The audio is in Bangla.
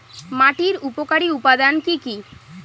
মাটির উপকারী উপাদান কি কি?